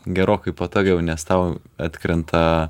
gerokai patogiau nes tau atkrenta